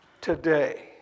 today